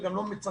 וגם לא מצנתרים.